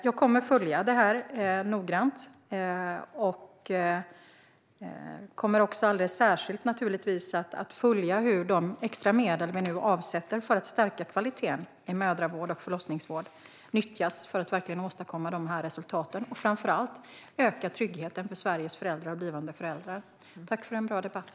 Jag kommer att följa frågan noggrant, och jag kommer alldeles särskilt att följa hur de extra medel som nu avsätts för att stärka kvaliteten i mödravård och förlossningsvård nyttjas för att verkligen åstadkomma dessa resultat - framför allt öka tryggheten för Sveriges föräldrar och blivande föräldrar. Tack för en bra debatt!